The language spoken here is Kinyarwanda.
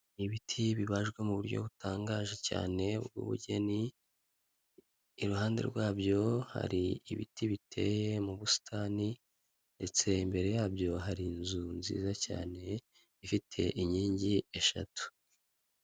Abantu bahagaze ku muhanda, firigo irimo ibyo kunywa bitandukanye, icyapa kigaragaza ibiro bitanga ubufasha mu kuvunjisha amafaranga akubiyemo amadorari ndetse n'amayero.